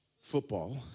football